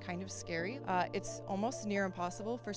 kind of scary and it's almost near impossible for